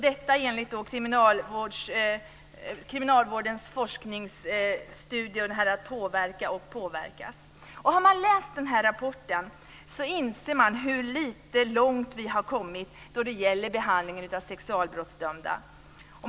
Detta enligt Kriminalvårdens forskningsstudie Att påverka och påverkas. Har man läst den här rapporten inser man hur liten bit vi har kommit då det gäller behandlingen av sexualbrottsdömda.